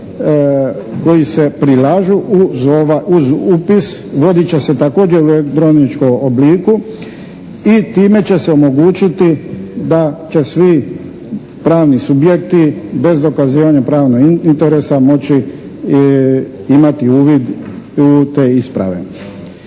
koji se prilažu u upis, vodit će se također u elektroničkom obliku i time će se omogućiti da će svi pravni subjekti bez dokazivanja pravnog interesa moći imati uvid u te isprave.